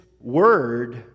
word